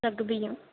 సగ్గుబియ్యం